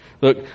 Look